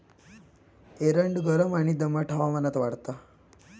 एरंड गरम आणि दमट हवामानात वाढता